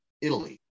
italy